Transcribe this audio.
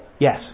Yes